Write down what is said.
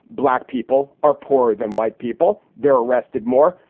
black people are poorer than white people. they're arrested more.